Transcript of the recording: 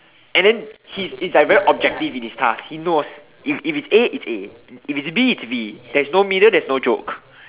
and then he's he's like very objective in his task he knows if if it's A it's A if it's B it's B there's no middle there's no joke